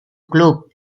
club